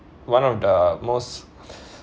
one of the most